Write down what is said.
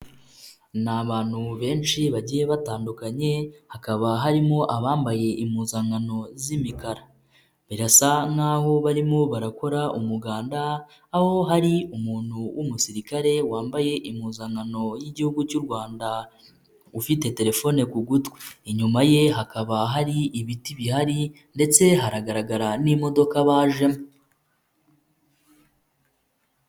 Ni abantu benshi bagiye batandukanye hakaba harimo abambaye impuzankano z'imikara, birasa n'aho barimo barakora umuganda aho hari umuntu w'umusirikare wambaye impuzankano y'igihugu cy'u Rwanda, ufite telefone ku gutwi inyuma ye hakaba hari ibiti bihari ndetse haragaragara n'imodoka bajemo.